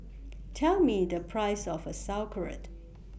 Tell Me The Price of A Sauerkraut